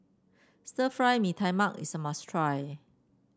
Stir Fry Mee Tai Mak is a must try